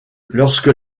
lorsque